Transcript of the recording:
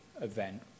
event